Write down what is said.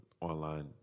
online